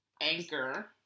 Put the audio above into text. anchor